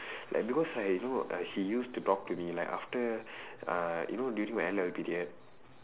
like because like you know he used to talk to me like after uh you know during my N level period